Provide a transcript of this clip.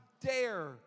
dare